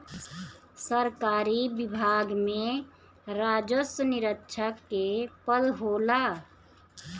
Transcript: सरकारी विभाग में राजस्व निरीक्षक के पद होला